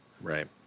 right